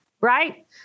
Right